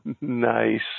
nice